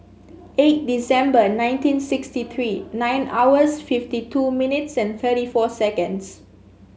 eight December nineteen sixty three nine hours fifty two minutes and thirty four seconds